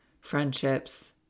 friendships